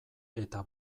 eta